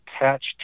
attached